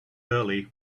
early